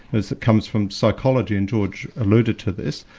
as it comes from psychology, and george alluded to this,